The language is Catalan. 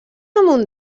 amunt